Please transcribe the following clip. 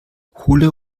kohle